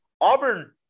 Auburn